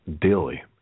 daily